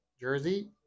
Jersey